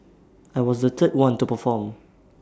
I was the third one to perform